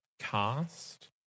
cast